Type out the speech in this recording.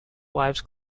wives